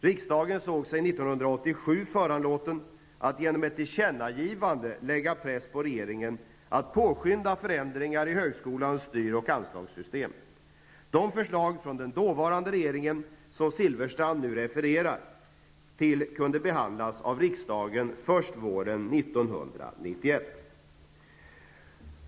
Riksdagen såg sig 1987 föranlåten att genom ett tillkännagivande lägga press på regeringen att påskynda förändringar i högskolans styr och anslagssystem. De förslag från den dåvarande regeringen som Silfverstrand nu refererar till kunde behandlas av riksdagen först våren 1991.